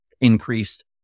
increased